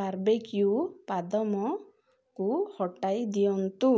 barbecue ବାଦାମ କୁ ହଟାଇ ଦିଅନ୍ତୁ